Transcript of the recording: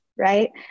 Right